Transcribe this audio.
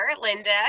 Linda